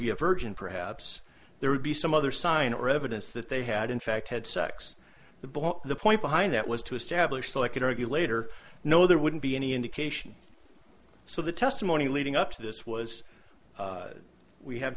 be a virgin perhaps there would be some other sign or evidence that they had in fact had sex the ball the point behind that was to establish so i could argue later no there wouldn't be any indication so the testimony leading up to this was we have